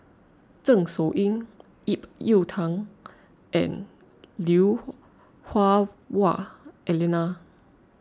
Zeng Shouyin Ip Yiu Tung and Lui Hah Wah Elena